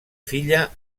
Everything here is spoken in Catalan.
filla